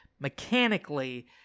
mechanically